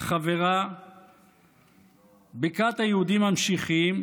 חברה בכת היהודים המשיחיים,